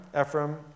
Ephraim